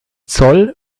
zoll